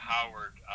Howard